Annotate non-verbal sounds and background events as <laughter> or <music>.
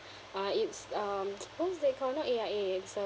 ah it's um <noise> what is that called not A_I_A it's a